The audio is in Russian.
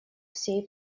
всей